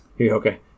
Okay